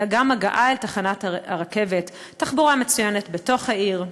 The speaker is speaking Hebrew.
אלא גם הגעה אל תחנת הרכבת ותחבורה מצוינת בתוך העיר.